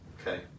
Okay